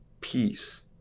peace